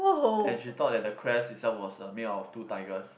and she thought that the crest itself was uh made up of two tigers